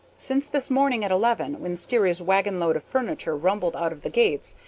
since this morning at eleven, when sterry's wagonload of furniture rumbled out of the gates,